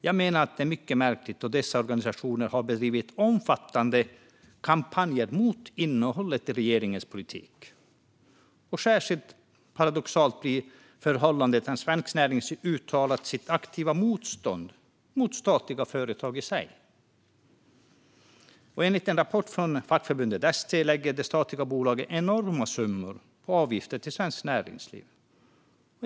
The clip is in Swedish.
Jag menar att det är mycket märkligt då dessa organisationer har bedrivit omfattande kampanjer mot innehållet i regeringens politik. Särskilt paradoxalt blir detta förhållande när Svenskt Näringsliv har uttalat sitt aktiva motstånd mot statliga företag i sig. Enligt en rapport från fackförbundet ST lägger de statliga bolagen enorma summor på avgifter till Svenskt Näringsliv.